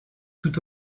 tout